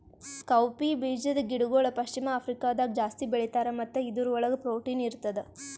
cowpea ಬೀಜದ ಗಿಡಗೊಳ್ ಪಶ್ಚಿಮ ಆಫ್ರಿಕಾದಾಗ್ ಜಾಸ್ತಿ ಬೆಳೀತಾರ್ ಮತ್ತ ಇದುರ್ ಒಳಗ್ ಪ್ರೊಟೀನ್ ಇರ್ತದ